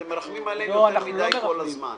אתם מרחמים עליהם יותר מדי כל הזמן.